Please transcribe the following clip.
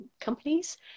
companies